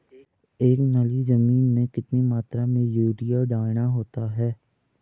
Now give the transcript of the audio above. एक नाली जमीन में कितनी मात्रा में यूरिया डालना होता है?